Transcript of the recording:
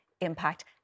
impact